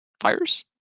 Fires